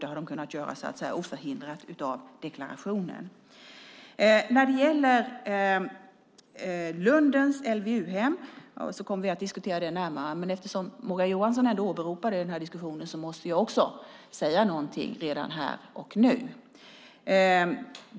Det har de kunnat göra utan att hindras av deklarationen. När det gäller Lundens LVU-hem kommer vi att diskutera det närmare, men eftersom Morgan Johansson ändå åberopar detta i diskussionen måste jag också säga någonting redan här och nu.